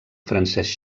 francesc